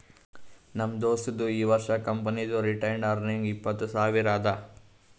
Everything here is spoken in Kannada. ನಮ್ ದೋಸ್ತದು ಈ ವರ್ಷ ಕಂಪನಿದು ರಿಟೈನ್ಡ್ ಅರ್ನಿಂಗ್ ಇಪ್ಪತ್ತು ಸಾವಿರ ಅದಾ